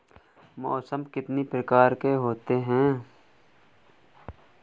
मौसम कितनी प्रकार के होते हैं?